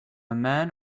man